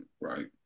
right